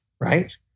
right